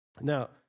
Now